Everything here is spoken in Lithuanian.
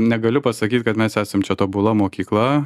negaliu pasakyt kad mes esam čia tobula mokykla